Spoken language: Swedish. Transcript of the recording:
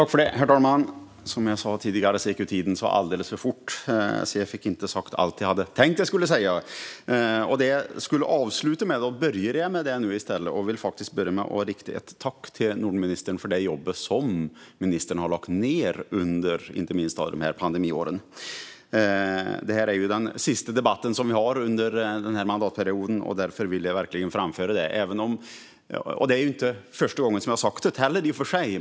Herr talman! Som jag sa tidigare gick tiden alldeles för fort när jag höll mitt anförande, så jag fick inte sagt allt jag hade tänkt att jag skulle säga. Det jag skulle avsluta med börjar jag nu i stället med. Jag vill börja med att rikta ett tack till Nordenministern för det jobb som ministern har lagt ned inte minst under pandemiåren. Det är den sista debatten som vi har under den här mandatperioden, och därför vill jag verkligen framföra det. Det är heller inte första gången som jag har sagt det.